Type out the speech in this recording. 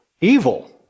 evil